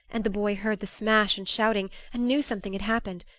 and the boy heard the smash and shouting, and knew something had happened.